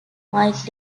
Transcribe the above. mike